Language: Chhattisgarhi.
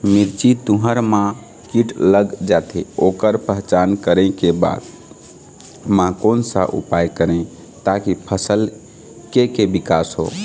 मिर्ची, तुंहर मा कीट लग जाथे ओकर पहचान करें के बाद मा कोन सा उपाय करें ताकि फसल के के विकास हो?